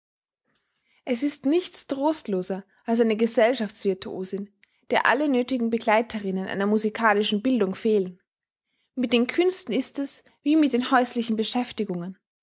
es ist nichts trostloser als eine gesellschaftsvirtuosin der alle nöthigen begleiterinnen einer musikalischen bildung fehlen mit den künsten ist es wie mit den häuslichen beschäftigungen